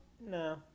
No